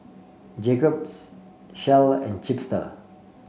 Jacob's Shell and Chipster